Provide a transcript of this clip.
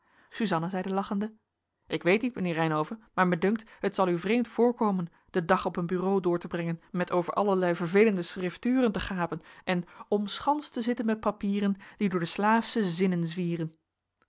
suzanna zeide lachende ik weet niet mijnheer reynhove maar mij dunkt het zal u vreemd voorkomen den dag op een bureau door te brengen met over allerlei vervelende schrifturen te gapen en omschanst te zitten met papieren die door de slaafsche zinnen zwieren